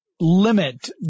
limit